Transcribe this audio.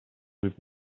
with